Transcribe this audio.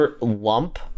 lump